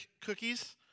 cookies